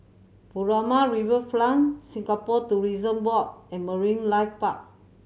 Furama Riverfront Singapore Tourism Board and Marine Life Park